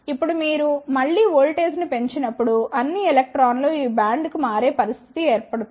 ఇప్పుడు మీరు మళ్ళీ వోల్టేజ్ను పెంచి నప్పుడు అన్ని ఎలక్ట్రాన్లు ఈ బ్యాండ్కు మారే పరిస్థితి ఉంటుంది